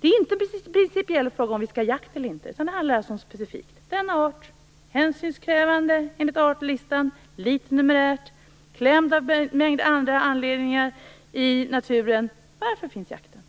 Det är inte en principiell fråga om vi skall ha jakt eller inte, utan det handlar specifikt om denna art - hänsynskrävande enligt artlistan, liten numerärt, klämd av en mängd andra anledningar i naturen. Varför finns jakten?